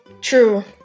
True